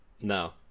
No